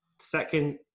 second